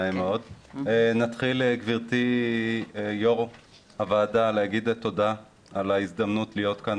נתחיל גבירתי היו"ר בלומר תודה על ההזדמנות להיות כאן